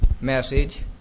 message